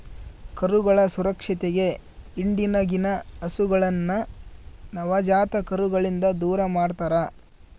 ಕರುಗಳ ಸುರಕ್ಷತೆಗೆ ಹಿಂಡಿನಗಿನ ಹಸುಗಳನ್ನ ನವಜಾತ ಕರುಗಳಿಂದ ದೂರಮಾಡ್ತರಾ